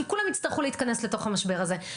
כי כולם יצטרכו להתכנס לתוך המשבר הזה.